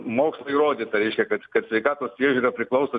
mokslu įrodyta kad kad sveikatos priežiūra priklauso